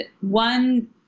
one